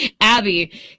Abby